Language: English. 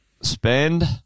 spend